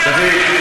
חבר הכנסת ביטן.